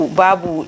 babu